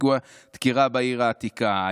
פיגוע דקירה בעיר העתיקה,